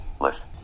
List